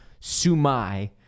SUMAI